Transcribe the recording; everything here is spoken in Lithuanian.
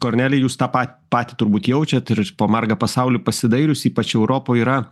kornelija jūs tą pa patį turbūt jaučiat ir ir po margą pasaulį pasidairius ypač europoj yra